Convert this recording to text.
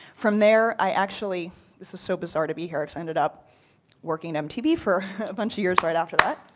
from there i actually this is so bizarre to be here because i ended up working mtv for a bunch of years right after that.